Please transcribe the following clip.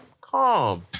Calm